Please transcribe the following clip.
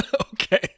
Okay